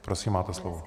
Prosím, máte slovo.